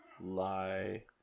lie